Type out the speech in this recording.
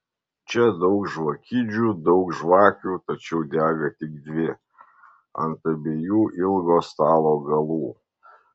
čia daug žvakidžių daug žvakių tačiau dega tik dvi ant abiejų ilgo stalo galų